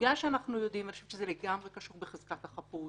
בגלל שאנחנו יודעים אני חושבת שזה לגמרי קשור בחזקת החפות